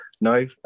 No